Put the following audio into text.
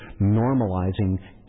normalizing